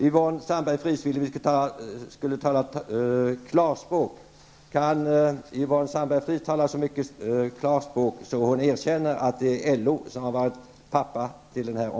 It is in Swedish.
Yvonne Sandberg-Fries ville att vi skulle tala klarspråk. Kan Yvonne Sandberg-Fries tala så mycket klarspråk att hon erkänner att det är LO